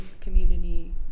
community